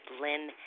Lynn